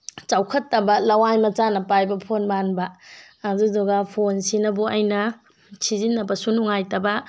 ꯆꯥꯎꯈꯠꯇꯕ ꯂꯋꯥꯏ ꯃꯆꯥꯅ ꯄꯥꯏꯕ ꯐꯣꯟ ꯃꯥꯟꯕ ꯑꯗꯨꯗꯨꯒ ꯐꯣꯟꯁꯤꯅꯕꯨ ꯑꯩꯅ ꯁꯤꯖꯤꯟꯅꯕꯁꯨ ꯅꯨꯡꯉꯥꯏꯇꯕ